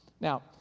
Now